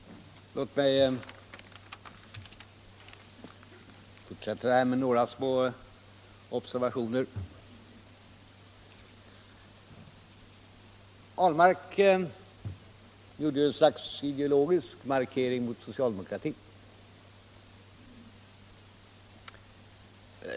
Låt mig fortsätta med några små observationer. Herr Ahlmark gjorde ett slags ideologisk markering mot socialdemokratin.